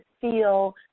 feel